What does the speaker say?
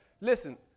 listen